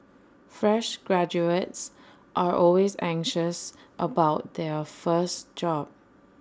fresh graduates are always anxious about their first job